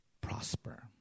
prosper